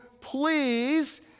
please